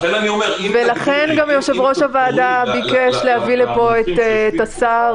לכן יושב-ראש הוועדה ביקש להביא את השר.